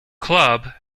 club